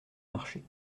marché